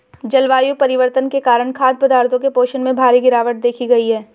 जलवायु परिवर्तन के कारण खाद्य पदार्थों के पोषण में भारी गिरवाट देखी गयी है